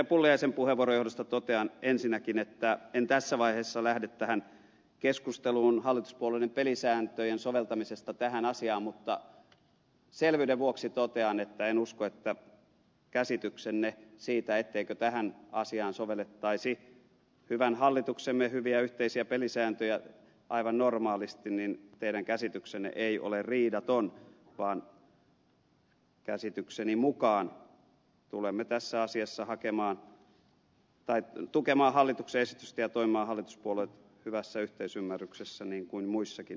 pulliaisen puheenvuoron johdosta totean ensinnäkin että en tässä vaiheessa lähde tähän keskusteluun hallituspuolueiden pelisääntöjen soveltamisesta tähän asiaan mutta selvyyden vuoksi totean että en usko että käsityksenne siitä etteikö tähän asiaan sovellettaisi hyvän hallituksemme hyviä yhteisiä pelisääntöjä aivan normaalisti ei ole riidaton vaan käsitykseni mukaan tulemme tässä asiassa tukemaan hallituksen esitystä ja hallituspuolueet tulevat toimimaan hyvässä yhteisymmärryksessä niin kuin muissakin esityksissä